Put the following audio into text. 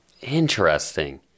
interesting